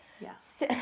Yes